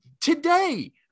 today